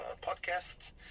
podcast